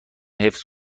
حفظ